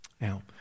Now